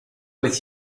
with